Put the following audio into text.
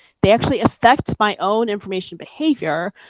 they actually affect my own information behavior,